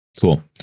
cool